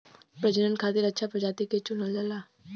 प्रजनन खातिर अच्छा प्रजाति के चुनल जाला